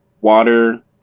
water